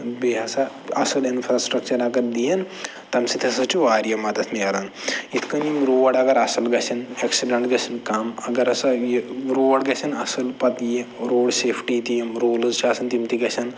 بیٚیہِ ہسا اَصٕل اِنفرٛاسٕٹرٛیکچر اگر دِیَن تَمہِ سۭتۍ ہسا چھِ واریاہ مدد مِلان یِتھ کٔنۍ یِم روڈ اگر اَصٕل گژھن اٮ۪کسِڈٮ۪نٛٹ گژھن کم اگر ہسا یہِ روڈ گژھن اَصٕل پتہٕ یہِ روڈ سیفٹی تہِ یِم روٗلٕز چھِ آسَن تِم تہِ گژھن